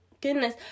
goodness